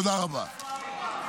תודה רבה.